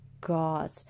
God